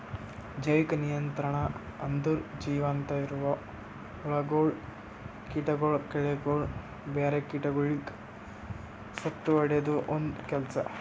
ಜೈವಿಕ ನಿಯಂತ್ರಣ ಅಂದುರ್ ಜೀವಂತ ಇರವು ಹುಳಗೊಳ್, ಕೀಟಗೊಳ್, ಕಳೆಗೊಳ್, ಬ್ಯಾರೆ ಕೀಟಗೊಳಿಗ್ ಸತ್ತುಹೊಡೆದು ಒಂದ್ ಕೆಲಸ